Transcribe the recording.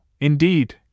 Indeed